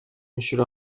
monsieur